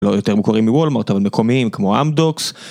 לא יותר מוכרים מוולמרט, אבל מקומיים כמו אמדוקס,